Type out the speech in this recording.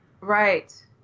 Right